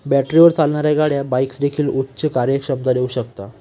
बॅटरीवर चालणाऱ्या गाड्या बाईक्स देेखील उच्च कार्यक्षमता देऊ शकता